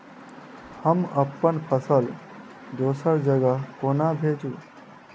हम अप्पन फसल दोसर जगह कोना भेजू?